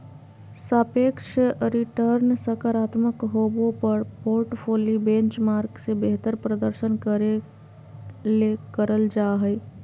सापेक्ष रिटर्नसकारात्मक होबो पर पोर्टफोली बेंचमार्क से बेहतर प्रदर्शन करे ले करल जा हइ